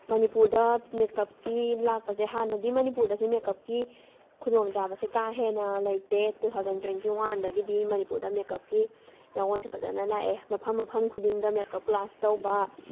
ꯃꯅꯤꯄꯨꯔꯗ ꯃꯦꯀꯞꯀꯤ ꯂꯥꯛꯄꯁꯦ ꯍꯥꯟꯅꯗꯤ ꯃꯅꯤꯄꯨꯔꯗ ꯁꯤ ꯃꯦꯀꯞꯀꯤ ꯈꯨꯗꯣꯡ ꯆꯥꯕꯁꯤ ꯀꯥ ꯍꯦꯟꯅ ꯂꯩꯇꯦ ꯇꯨ ꯊꯥꯎꯖꯟ ꯇ꯭ꯋꯦꯟꯇꯤ ꯋꯥꯟꯗꯒꯤꯗꯤ ꯃꯅꯤꯄꯨꯔꯗ ꯃꯦꯀꯞꯀꯤ ꯌꯥꯎꯑꯣꯟꯁꯦ ꯐꯖꯅ ꯂꯥꯛꯑꯦ ꯃꯐꯝ ꯃꯐꯝ ꯈꯨꯗꯤꯡꯗ ꯃꯦꯀꯞꯀꯤ ꯀ꯭ꯂꯥꯁ ꯇꯧꯕ